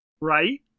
right